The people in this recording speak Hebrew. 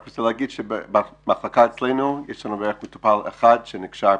אני רק רוצה להגיד שבמחלקה אצלנו יש לנו בערך מטופל אחד שנקשר בשנה.